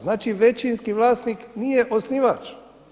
Znači, većinski vlasnik nije osnivač.